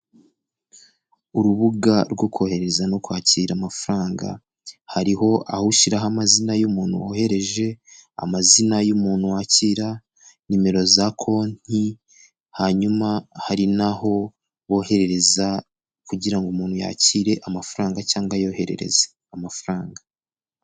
Urubuga rwo kohereza no kwakira amafaranga hariho aho ushyiraho amazina y'umuntu wohereje, amazina y'umuntu wakira, nimero za konti, hanyuma hari naho boherereza kugira ngo umuntu yakire amafaranga cyangwa ayiyoherereze amafaranga.